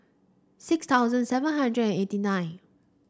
six thousand seven hundred and eighty nine